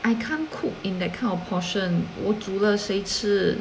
I can't cook in that kind of portion 我煮了谁吃